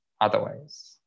otherwise